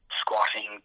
squatting